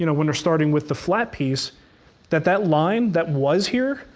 you know when you're starting with the flat piece that that line that was here,